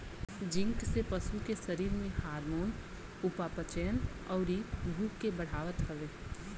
zinc से पशु के शरीर में हार्मोन, उपापचयन, अउरी भूख के बढ़ावत हवे